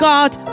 God